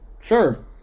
Sure